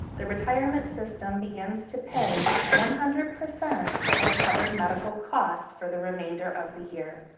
the retirement system begins to pay one hundred percent of covered medical costs for the remainder of the year.